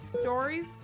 stories